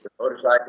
motorcycle